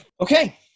Okay